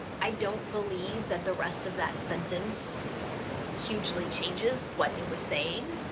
i don't believe that the rest of that sentence hugely changes what it was saying.